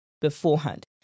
beforehand